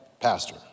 pastor